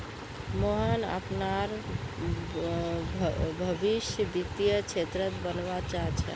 मोहन अपनार भवीस वित्तीय क्षेत्रत बनवा चाह छ